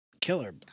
killer